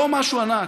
לא משהו ענק.